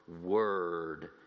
word